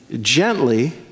gently